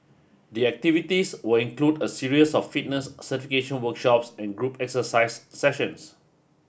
the activities will include a series of fitness certification workshops and group exercise sessions